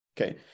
Okay